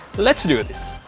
let's do this.